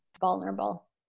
vulnerable